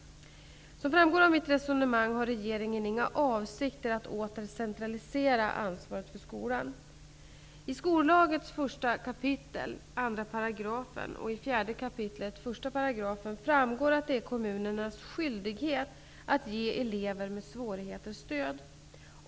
Som framgår av mitt resonemang har regeringen inga avsikter att åter centralisera ansvaret för skolan. Av 1 kap. 2 § och 4 kap. 1 § skollagen framgår att det är kommunernas skyldighet att ge elever med svårigheter stöd.